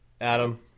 Adam